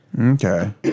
Okay